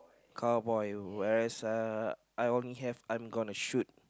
cowboy whereas uh I only have I'm gonna shoot